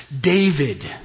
David